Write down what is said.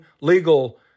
legal